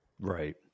right